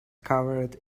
covered